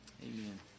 Amen